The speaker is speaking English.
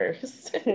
first